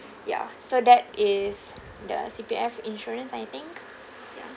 ya so that is the C_P_F insurance I think ya